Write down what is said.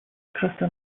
crystal